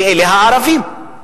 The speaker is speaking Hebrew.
ואלה הערבים.